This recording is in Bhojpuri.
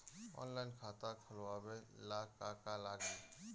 ऑनलाइन खाता खोलबाबे ला का का लागि?